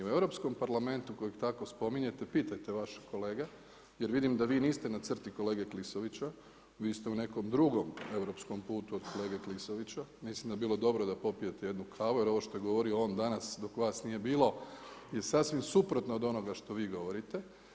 U Europskom parlamentu kojeg tako spominjete, pitajte vaše kolege jer vidim da vi niste na crti kolege Klisovića, vi ste u nekom drugom europskom putu od kolege Klisovića, mislim da bi bilo dobro da popijete jednu kavu jer ovo što je govorio on danas dok vas nije bilo je sasvim suprotno od onoga što vi govorite.